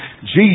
Jesus